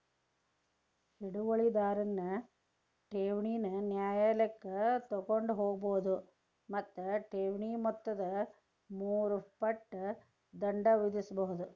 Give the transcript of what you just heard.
ಹಿಡುವಳಿದಾರನ್ ಠೇವಣಿನ ನ್ಯಾಯಾಲಯಕ್ಕ ತಗೊಂಡ್ ಹೋಗ್ಬೋದು ಮತ್ತ ಠೇವಣಿ ಮೊತ್ತದ ಮೂರು ಪಟ್ ದಂಡ ವಿಧಿಸ್ಬಹುದು